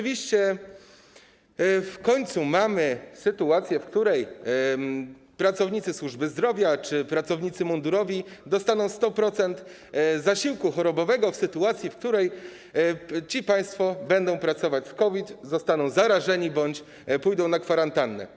W końcu mamy sytuację, w której pracownicy służby zdrowia czy pracownicy mundurowi dostaną 100% zasiłku chorobowego w sytuacji, w której ci państwo będą pracować z COVID, zostaną zarażeni bądź pójdą na kwarantannę.